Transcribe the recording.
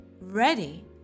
ready